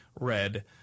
Red